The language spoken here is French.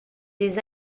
des